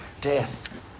death